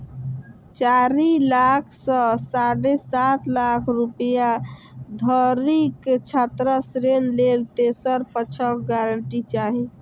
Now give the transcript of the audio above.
चारि लाख सं साढ़े सात लाख रुपैया धरिक छात्र ऋण लेल तेसर पक्षक गारंटी चाही